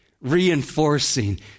reinforcing